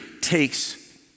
takes